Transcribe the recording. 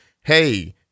hey